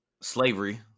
slavery